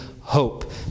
hope